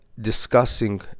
discussing